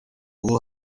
ubu